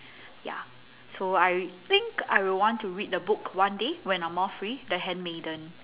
ya so I think I will want to read the book one day when I'm more free the handmaiden